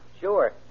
Sure